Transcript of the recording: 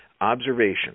Observation